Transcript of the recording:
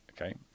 okay